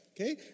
Okay